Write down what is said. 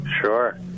Sure